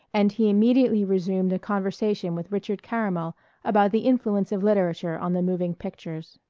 and he immediately resumed a conversation with richard caramel about the influence of literature on the moving pictures.